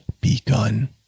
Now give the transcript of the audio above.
begun